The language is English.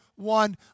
One